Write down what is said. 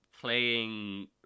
playing